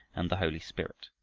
and the holy spirit.